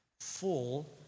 full